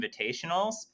invitationals